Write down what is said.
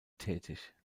tätig